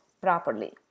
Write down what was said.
properly